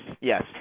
yes